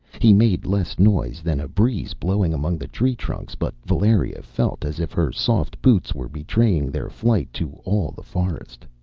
he made less noise than a breeze blowing among the tree-trunks, but valeria felt as if her soft boots were betraying their flight to all the forest.